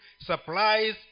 supplies